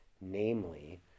namely